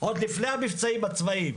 עוד לפני המבצעים הצבאיים.